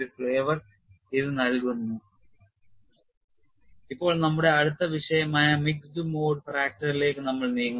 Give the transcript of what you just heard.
Mixed Mode fracture ഇപ്പോൾ നമ്മുടെ അടുത്ത വിഷയമായ മിക്സഡ് മോഡ് ഫ്രാക്ചറിലേക്ക് നമ്മൾ നീങ്ങുന്നു